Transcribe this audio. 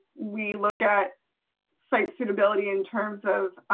we look at site suitability in terms of